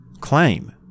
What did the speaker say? claim